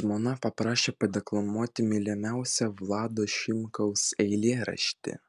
žmona paprašė padeklamuoti mylimiausią vlado šimkaus eilėraštį